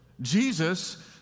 Jesus